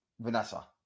Vanessa